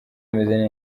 bimeze